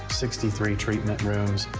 sixty three treatment rooms.